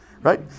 right